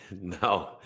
no